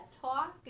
talk